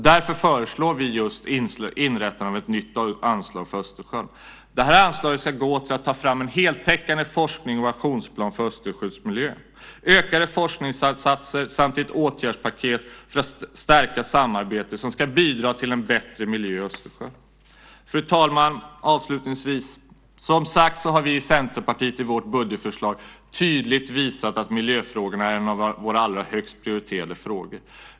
Därför föreslår vi just inrättandet av ett nytt anslag för Östersjön. Detta anslag ska gå till att ta fram en heltäckande forskning och en aktionsplan för Östersjöns miljö, ökade forskningssatsningar samt ett åtgärdspaket för att stärka samarbetet som ska bidra till en bättre miljö i Östersjön. Avslutningsvis: Vi i Centerpartiet har som sagt i vårt budgetförslag tydligt visat att miljön är en av våra allra högst prioriterade frågor.